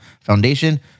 Foundation